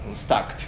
stuck